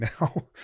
now